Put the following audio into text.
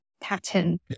pattern